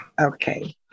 Okay